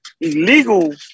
illegal